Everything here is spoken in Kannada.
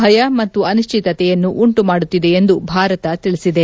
ಭಯ ಮತ್ತು ಅನಿಶ್ಚಿತತೆಯನ್ನು ಉಂಟು ಮಾಡುತ್ತಿದೆ ಎಂದು ಭಾರತ ತಿಳಿಸಿದೆ